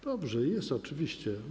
Dobrze, jest, oczywiście.